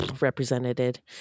Represented